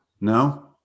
No